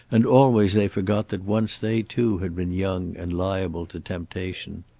and always they forgot that once they too had been young and liable to temptation.